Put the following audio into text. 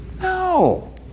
No